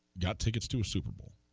got tickets to super but